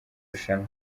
rushanwa